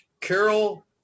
Carol